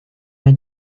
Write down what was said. that